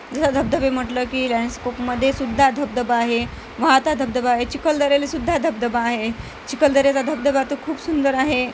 जसा धबधबे म्हटलं की लँडस्कोपमध्येसुध्दा धबधबा आहे वाहता धबधबा आहे चिखलदऱ्यालासुद्धा धबधबा आहे चिखलदऱ्याचा धबधबा तर खूप सुंदर आहे